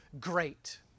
great